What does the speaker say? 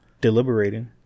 Deliberating